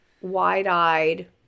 wide-eyed